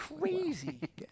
crazy